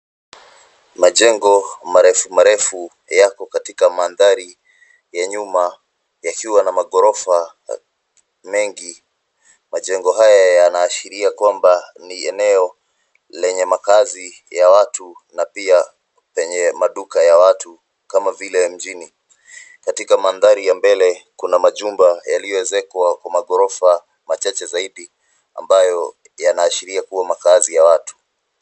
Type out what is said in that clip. Majengo marefu marefu yako katika manthari ya nyuma yakiwa na maghorofa mengi. Majengo haya yanaashiria kwamba ni eneo lenye makazi ya watu na pia penye maduka ya watu kama vile mjini. Katika mandhari ya mbele kuna majumba yaliyoezekwa kwa maghorofa machache zaidi ambayo yanaashiria kuwa makazi.